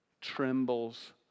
trembles